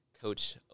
Coach